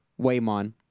Waymon